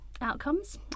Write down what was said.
outcomes